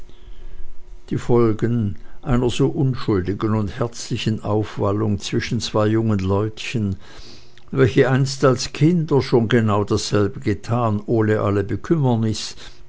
diese folgen einer so unschuldigen und herzlichen aufwallung zwischen zwei jungen leutchen welche einst als kinder schon genau dasselbe getan ohne alle bekümmernis